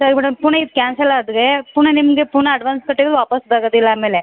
ಸರಿ ಮೇಡಂ ಪುನಃ ಇದು ಕ್ಯಾನ್ಸಲ್ ಆದರೆ ಪುನಃ ನಿಮಗೆ ಪುನಃ ಅಡ್ವಾನ್ಸ್ ಕೊಟ್ಟಿರೋದು ವಾಪಾಸ್ ಬರೋದಿಲ್ಲ ಆಮೇಲೆ